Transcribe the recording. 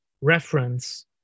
reference